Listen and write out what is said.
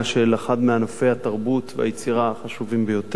של אחד מענפי התרבות והיצירה החשובים ביותר,